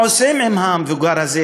מה עושים עם המבוגר הזה,